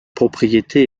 propriété